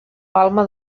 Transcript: palma